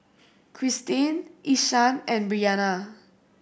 Christene Ishaan and Bryanna